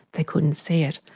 they couldn't see it.